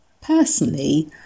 Personally